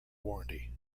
warranty